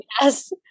yes